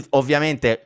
ovviamente